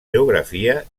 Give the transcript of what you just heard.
geografia